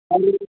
hello